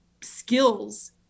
skills